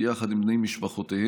ביחד עם בני משפחותיהם.